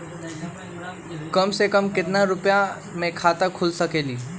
कम से कम केतना रुपया में खाता खुल सकेली?